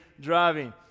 driving